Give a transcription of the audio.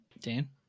Dan